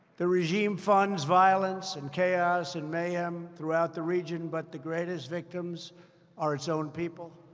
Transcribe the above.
the regime funds violence and chaos and mayhem throughout the region, but the greatest victims are its own people.